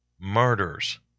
murders